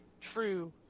true